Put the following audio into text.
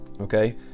okay